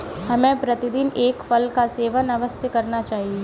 हमें प्रतिदिन एक फल का सेवन अवश्य करना चाहिए